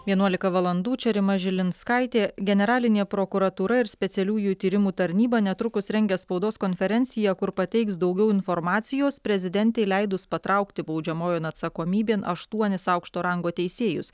vienuolika valandų čia rima žilinskaitė generalinė prokuratūra ir specialiųjų tyrimų tarnyba netrukus rengia spaudos konferenciją kur pateiks daugiau informacijos prezidentei leidus patraukti baudžiamojon atsakomybėn aštuonis aukšto rango teisėjus